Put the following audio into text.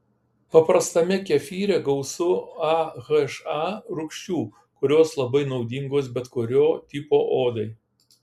paprastame kefyre gausu aha rūgščių kurios labai naudingos bet kurio tipo odai